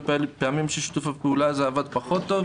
פעמים ששיתוף הפעולה הזה עבד פחות טוב.